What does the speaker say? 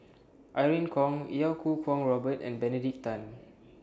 Irene Khong Iau Kuo Kwong Robert and Benedict Tan